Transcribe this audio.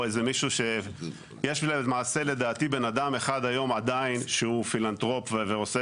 יש למעשה לדעתי בן אדם אחד היום עדיין שהוא פילנטרופ ועושה